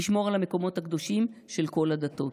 תשמור על המקומות הקדושים של כל הדתות".